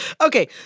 Okay